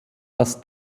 das